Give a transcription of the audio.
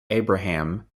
abraham